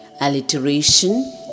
Alliteration